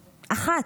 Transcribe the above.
אחת.